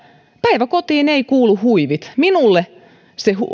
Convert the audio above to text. päiväkotiin eivät kuulu huivit minulle se